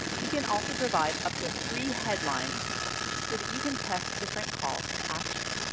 you can also provide up to three headlines so that you can test different calls to action.